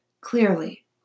Clearly